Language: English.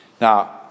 Now